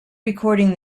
recording